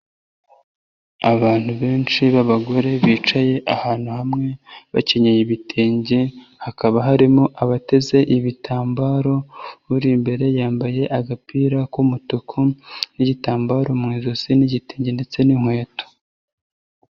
Abantu benshi b'abagore bicaye ahantu hamwe, bakenye ibitenge, hakaba harimo abateze ibitambaro, uri imbere yambaye agapira k'umutuku n'igitambaro mu ijosi n'igitenge ndetse n'inkweto.